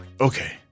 Okay